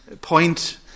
point